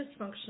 dysfunctional